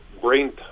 brain